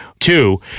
Two